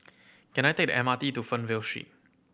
can I take the M R T to Fernvale Street